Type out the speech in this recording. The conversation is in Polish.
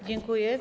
Dziękuję.